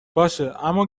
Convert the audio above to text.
باشه، اما